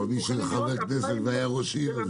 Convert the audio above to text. מי שחבר כנסת והיה ראש עיר?